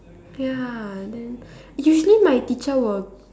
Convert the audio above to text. ya then usually my teacher will